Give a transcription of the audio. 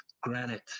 granite